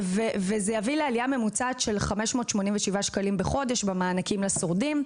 וזה יביא לעלייה ממוצעת של 587 שקלים בחודש במענקים לשורדים.